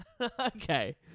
Okay